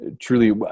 truly